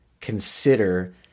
consider